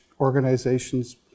organizations